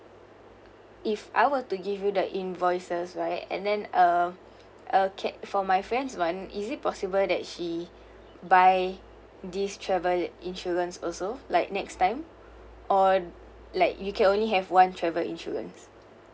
if I were to give you the invoices right and then uh uh can for my friend's one is it possible that she buy this travel insurance also like next time or like you can only have one travel insurance